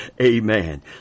Amen